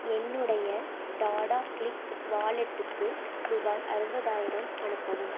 என்னுடைய டாடா க்ளிக் வாலெட்டுக்கு ரூபாய் அறுபதாயிரம் அனுப்பவும்